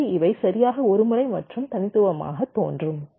எனவே இவை சரியாக ஒரு முறை மற்றும் தனித்துவமாக தோன்றும்